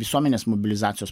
visuomenės mobilizacijos